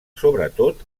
sobretot